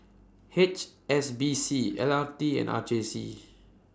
H S B C L R T and R J C